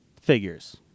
figures